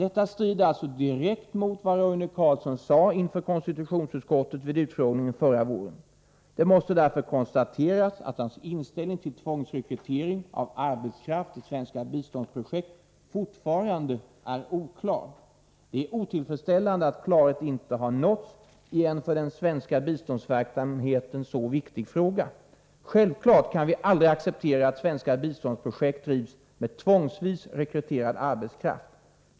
Detta strider alltså direkt mot vad Roine Carlsson sade inför konstitutionsutskottet vid utfrågningen förra våren. Det måste därför konstateras att hans inställning till tvångsrekrytering av arbetskraft till svenska biståndsprojekt fortfarande är oklar. Det är otillfredsställande att klarhet inte har nåtts i en för den svenska biståndsverksamheten så viktig fråga. Självklart kan vi aldrig acceptera att svenska biståndsprojekt drivs med tvångsvis rekryterad arbetskraft.